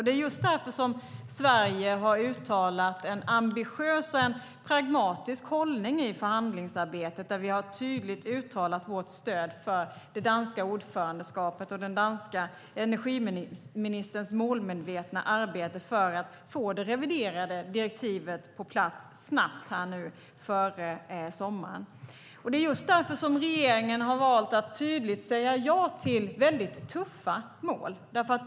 Det är just därför som Sverige har uttalat en ambitiös, pragmatisk hållning i förhandlingsarbetet, där vi tydligt har uttryckt vårt stöd för det danska ordförandeskapet och den danska energiministerns målmedvetna arbete för att snabbt få det reviderade direktivet på plats före sommaren. Det är just därför som regeringen har valt att tydligt säga ja till väldigt tuffa mål.